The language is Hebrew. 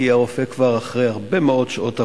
כי הרופא כבר אחרי הרבה מאוד שעות עבודה,